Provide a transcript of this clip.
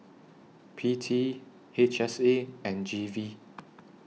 P T H S A and G V